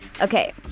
Okay